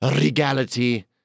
regality